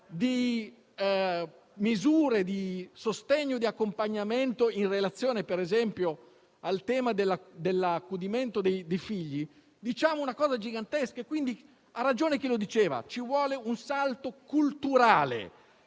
di misure di sostegno e di accompagnamento in relazione, per esempio, al tema dell'accudimento dei figli, diciamo una cosa gigantesca. Ha ragione chi diceva che ci vuole un salto culturale